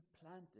planted